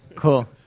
Cool